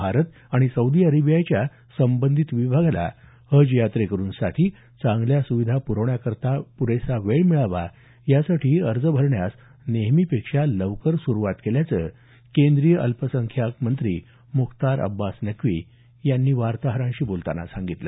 भारत आणि सौदी अरेबियाच्या संबंधित विभागाला हज यात्रेकरुंसाठी चांगल्या सुविधा प्रवण्याकरता वेळ मिळावा यासाठी अर्ज भरण्यास नेहमीपेक्षा लवकर सुरुवात केल्याचं केंद्रीय अल्पसंख्याक मंत्री मुख्तार अब्बास नक्की यांनी सांगितलं